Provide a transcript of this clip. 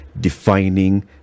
defining